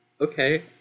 Okay